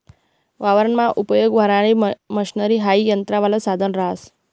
वावरमा उपयेग व्हणारी मशनरी हाई यंत्रवालं साधन रहास